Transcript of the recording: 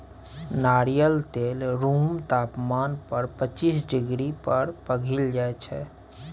नारियल तेल रुम तापमान पर पचीस डिग्री पर पघिल जाइ छै